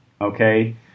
okay